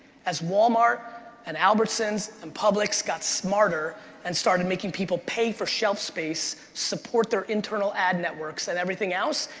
as walmart and albertsons and publix got smarter and started making people pay for shelf space, support their internal ad networks and everything else,